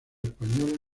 españoles